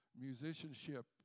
musicianship